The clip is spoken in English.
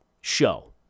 show